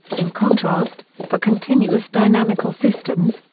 in contrast, for continuous dynamical systems,